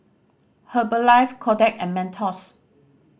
Herbalife Kodak and Mentos